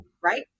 right